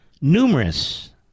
numerous